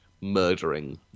murdering